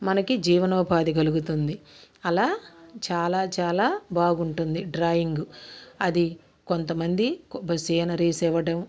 మనకి జీవనోపాధి కలుగుతుంది అలా చాలా చాలా బాగుంటుంది డ్రాయింగు అది కొంతమంది సీనరీస్ ఇవ్వటం